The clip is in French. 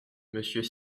monsieur